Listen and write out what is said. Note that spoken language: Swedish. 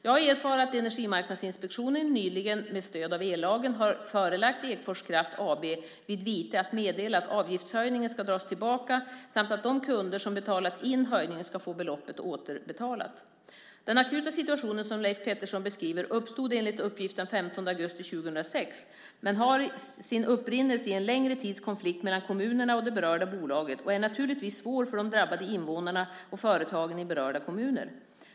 Jag erfar att Energimarknadsinspektionen nyligen med stöd av ellagen har förelagt Ekfors Kraft AB vid vite att meddela att avgiftshöjningen ska dras tillbaka samt att de kunder som betalat in höjningen ska få beloppet återbetalat. Den akuta situation som Leif Pettersson beskriver uppstod enligt uppgift den 15 augusti 2006 men har sin upprinnelse i en längre tids konflikt mellan kommunerna och det berörda bolaget och är naturligtvis svår för de drabbade invånarna och företagen i berörda kommuner.